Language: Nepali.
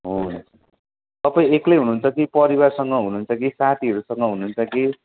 हो तपाईँ एक्लै हुनुहुन्छ कि परिवारसँग हुनुहुन्छ कि साथीहरूसँग हुनुहुन्छ कि